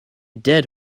dead